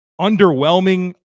underwhelming